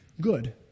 Good